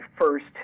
first